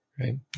Right